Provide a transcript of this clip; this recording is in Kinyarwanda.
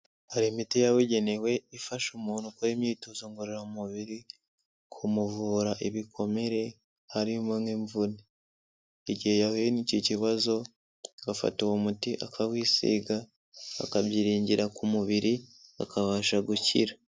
Hari imiti yababugenewe ifasha umuntu gukora imyitozo ngororamubiri, kumuvura ibikomere harimo nk'imvune. Igihe yahuye n'iki kibazo afata uwo muti akawisiga, akabyiringira ku mubiri akabasha gukira.